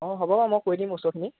অঁ হ'ব বাৰু মই কৈ দিম ওচৰৰখিনিক